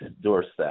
doorstep